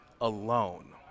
alone